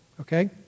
okay